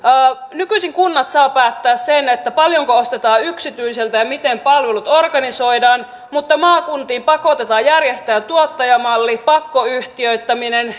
nykyisin kunnat saavat päättää sen paljonko ostetaan yksityiseltä ja miten palvelut organisoidaan mutta maakuntiin pakotetaan järjestämään tuottajamalli pakkoyhtiöittäminen